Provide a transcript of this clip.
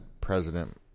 president